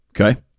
Okay